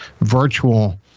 virtual